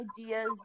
ideas